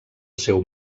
seu